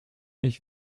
ich